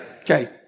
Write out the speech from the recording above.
okay